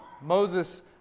Moses